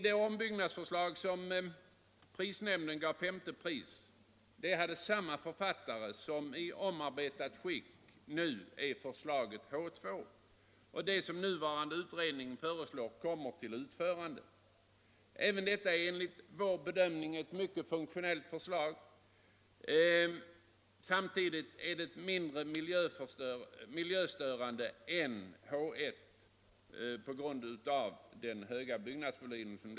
Det ombyggnadsförslag som prisnämnden gav femte pris har samme upphovsman som det som nu i omarbetat skick kallats förslag H 2, och det är det som utredningen nu föreslår komma till utförande. Även detta förslag är enligt vår bedömning mycket funktionellt, samtidigt som det är mindre miljöstörande än H 1, som har en mycket högre byggnadsvolym.